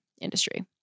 industry